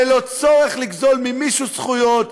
ללא צורך לגזול ממישהו זכויות,